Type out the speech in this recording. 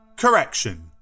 Correction